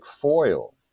foil